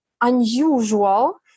unusual